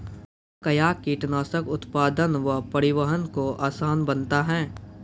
कया कीटनासक उत्पादन व परिवहन को आसान बनता हैं?